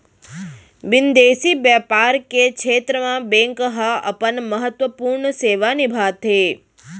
बिंदेसी बैपार के छेत्र म बेंक ह अपन महत्वपूर्न सेवा निभाथे